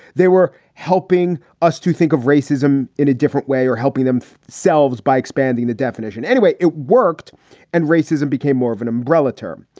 they were helping us to think of racism in a different way or helping them selves by expanding the definition anyway. it worked and racism became more of an umbrella term.